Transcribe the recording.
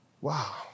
Wow